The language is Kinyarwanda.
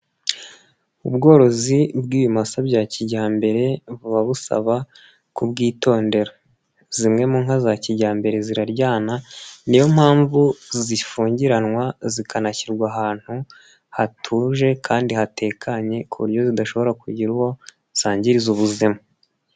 Ubworozi bw'ibimasa bya kijyambere buba busaba, kubwitondera. Zimwe mu nka za kijyambere ziraryana, ni yo mpamvu zifungiranwa zikanashyirwa ahantu hatuje kandi hatekanye ku buryo zidashobora kugira uwo zangiriza ubuzima.